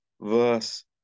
verse